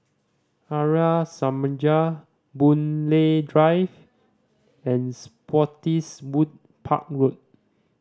Arya Samaj Boon Lay Drive and Spottiswoode Park Road